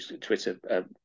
Twitter